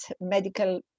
medical